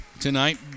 tonight